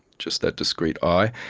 just that discrete i,